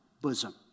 bosom